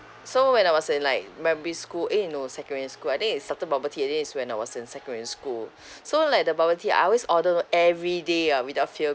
so when I was in like primary school eh no secondary school I think is started bubble tea I think is when I was in secondary school mm so like the bubble tea I always order every day ah without fail